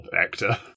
actor